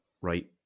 right